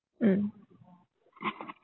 mm